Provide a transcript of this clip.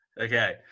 Okay